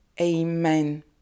Amen